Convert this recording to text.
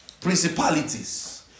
principalities